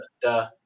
duh